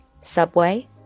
subway